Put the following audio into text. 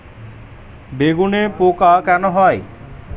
বেগুনে পোকা কেন হয়?